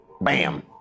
Bam